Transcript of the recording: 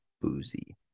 boozy